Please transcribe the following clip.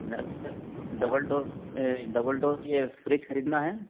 मेरेको एक double door double door ये फ्रिज खरीदना है